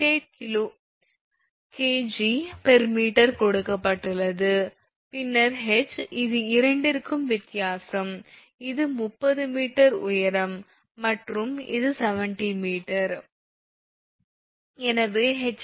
8 𝐾𝑔𝑚 கொடுக்கப்பட்டுள்ளது பின்னர் h இது இரண்டிற்கும் வித்தியாசம் இது 30 𝑚 உயரம் மற்றும் இது 70 m